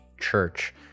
church